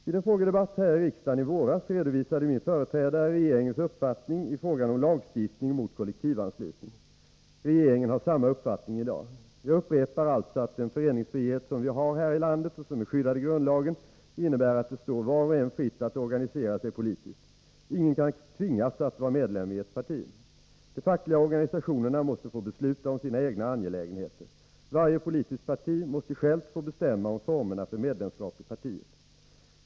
Vid en frågedebatt här i riksdagen i våras redovisade min företrädare regeringens uppfattning i frågan om lagstiftning mot kollektivanslutning. Regeringen har samma uppfattning i dag. Jag upprepar alltså att den föreningsfrihet som vi har här i landet och som är skyddad i grundlagen innebär att det står var och en fritt att organisera sig politiskt. Ingen kan tvingas att vara medlem i ett parti. De fackliga organisationerna måste få besluta om sina egna angelägenheter. Varje politiskt parti måste självt få bestämma om formerna för medlemskap i partiet.